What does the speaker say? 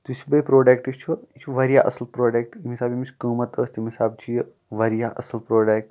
یُس بیٚیہِ پروڈکٹ چھُ یہِ چھُ واریاہ اَصٕل پروڈَکٹ ییٚمہِ حِسابہٕ اَمِچ قۭمَتھ ٲسۍ تَمہِ حِسابہٕ چھُ یہِ واریاہ اصٕل پروڈکٹ